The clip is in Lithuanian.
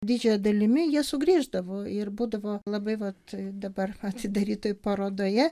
didžiąja dalimi jie sugrįždavo ir būdavo labai vat dabar atidarytoj parodoje